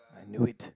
I knew it